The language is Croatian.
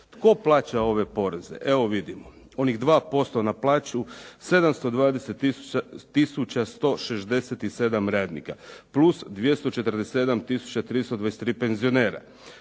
Tko plaća ove poreze? Evo vidimo. Onih 2% na plaću 720 tisuća 167 radnika plus 247 tisuća 323 penzionera.